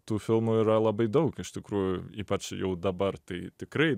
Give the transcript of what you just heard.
tų filmų yra labai daug iš tikrųjų ypač jau dabar tai tikrai